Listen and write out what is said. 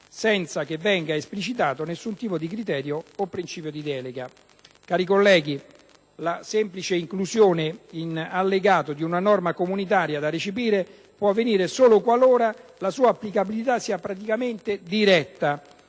senza che venga esplicitato nessun tipo di criterio o principio di delega. Cari colleghi, la semplice inclusione in allegato di una norma comunitaria da recepire può avvenire solo qualora la sua applicabilità sia praticamente diretta,